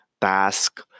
task